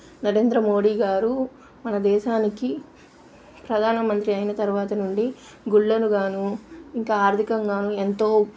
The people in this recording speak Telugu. నరేంద్ర మోడీ గారు మన దేశానికి ప్రధానమంత్రి అయిన తర్వాత నుండి గుళ్ళను గానూ ఇంకా ఆర్థికంగానూ ఎంతో